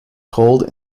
cold